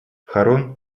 харун